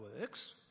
works